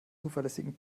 zuverlässigen